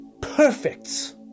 Perfect